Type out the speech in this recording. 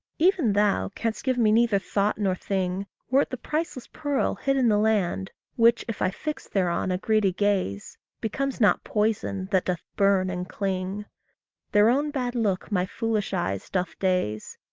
even thou canst give me neither thought nor thing, were it the priceless pearl hid in the land, which, if i fix thereon a greedy gaze, becomes not poison that doth burn and cling their own bad look my foolish eyes doth daze,